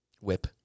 Whip